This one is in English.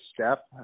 step